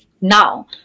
now